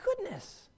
goodness